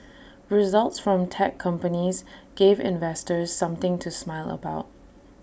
results from tech companies gave investors something to smile about